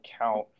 count